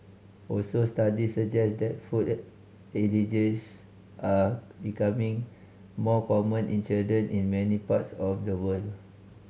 also studies suggest that food allergies are becoming more common in children in many parts of the world